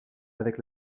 avec